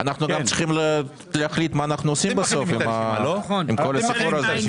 אנחנו גם צריכים להחליט מה אנחנו עושים בסוף עם כל הסיפור הזה.